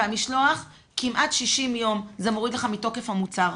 והמשלוח כמעט 60 יום זה מוריד לך מתוקף המוצר.